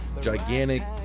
gigantic